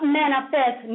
manifest